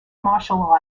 martial